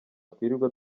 twirirwa